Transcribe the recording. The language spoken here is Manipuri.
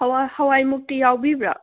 ꯍꯋꯥꯏ ꯍꯋꯥꯏ ꯃꯨꯛꯇꯤ ꯌꯥꯎꯕꯤꯕ꯭ꯔꯥ